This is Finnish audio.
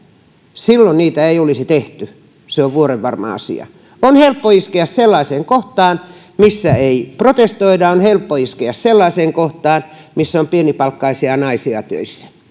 silloin niitä ei olisi tehty se on vuorenvarma asia on helppo iskeä sellaiseen kohtaan missä ei protestoida on helppo iskeä sellaiseen kohtaan missä on pienipalkkaisia naisia töissä